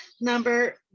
number